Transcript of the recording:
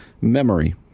memory